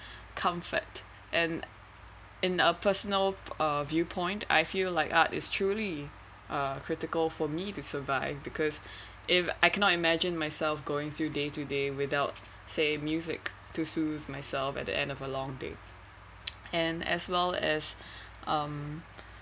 comfort and in a personal uh viewpoint I feel like art is truly uh critical for me to survive because if I cannot imagine myself going through to day to day without say music to soothe myself at the end of a long day and as well as um